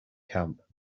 camp